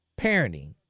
parenting